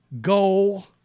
goal